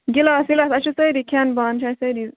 glass وِلاسہٕ اَسہِ چھِ سٲرِی کھیٚن بانہٕ چھِ اَسہِ سٲری